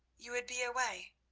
you would be away,